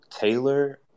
Taylor